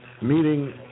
meeting